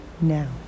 now